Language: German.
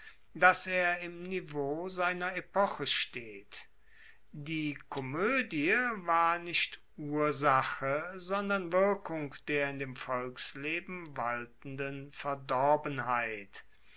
dass er im niveau seiner epoche steht die komoedie war nicht ursache sondern wirkung der in dem volksleben waltenden verdorbenheit